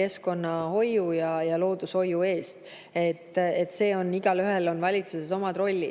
keskkonnahoiu ja loodushoiu eest. Igaühel on valitsuses oma roll.